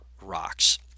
rocks